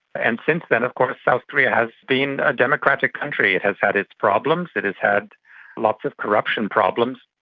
and since then of course south korea has been a democratic country. it has had its problems, it has had lots of corruption problems,